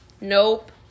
Nope